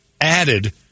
added